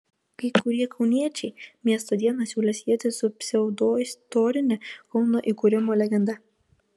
kai kurie kauniečiai miesto dieną siūlė sieti su pseudoistorine kauno įkūrimo legenda